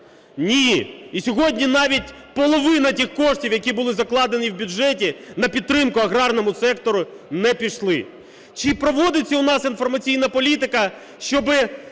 Ні. І сьогодні навіть половина тих коштів, які були закладені в бюджеті на підтримку аграрному сектору не пішли. Чи проводиться у нас інформаційна політика, щоб